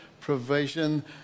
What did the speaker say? provision